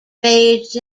raged